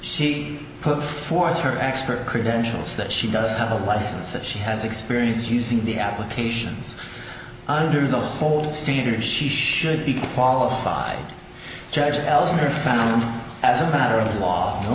she put forth her expert credentials that she does have a license that she has experience using the applications under the old standards she should be qualified judge elster found as a matter of law